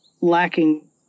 lacking